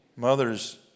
Mothers